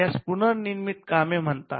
यास पुनर्निर्मिती कामे म्हणतात